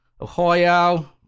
Ohio